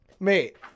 Mate